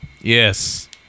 Yes